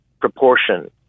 proportion